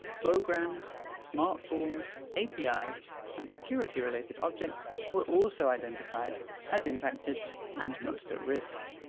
programs, smart forms, apis and security related objects were also identified as impacted and most-at-risk.